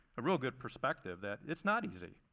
a real good perspective that it's not easy.